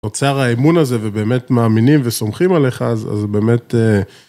נוצר האמון הזה, ובאמת מאמינים וסומכים עליך, אז באמת...